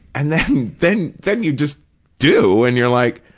and then, then then you just do and you're like,